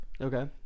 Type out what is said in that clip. Okay